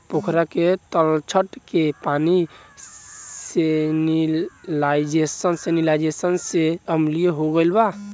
पोखरा के तलछट के पानी सैलिनाइज़ेशन से अम्लीय हो गईल बा